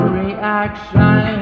reaction